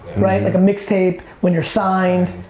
right, like a mixtape, when you're signed.